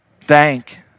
Thank